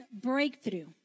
breakthrough